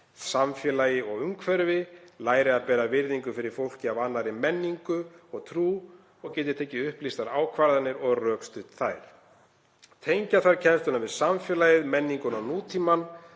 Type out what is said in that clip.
samfélagi og umhverfi, læri að bera virðingu fyrir fólki af annarri menningu og trú, geti tekið upplýstar ákvarðanir og rökstutt þær. Tengja þarf kennsluna við samfélagið, menninguna og nútímann.